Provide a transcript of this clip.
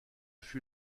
fut